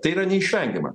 tai yra neišvengiama